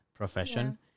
profession